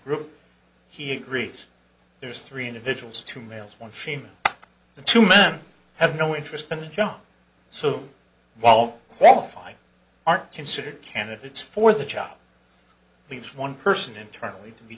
room he agrees there's three individuals two males one female the two men have no interest in a job so while all five aren't considered candidates for the job leaves one person internally to be